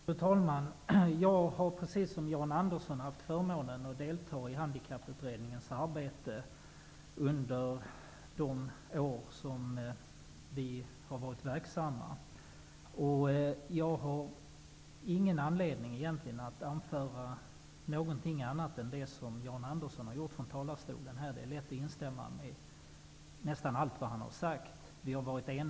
Fru talman! Jag har liksom som Jan Andersson haft förmånen att få delta i Handikapputredningen under de år som den har varit verksam. Jag har egentligen ingen anledning att anföra någonting annat än det som Jan Andersson har gjort från denna talarstol. Det är lätt att instämma i nästan allt vad han har sagt.